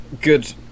good